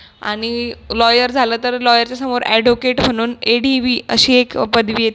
आणि लॉयर झालं तर लॉयरच्यासमोर अॅढोकेट म्हणून ए डी व्ही अशी एक पदवी येते